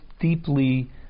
deeply